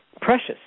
precious